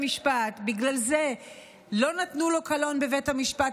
ובגלל זה לא נתנו לו קלון בבית המשפט,